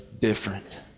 different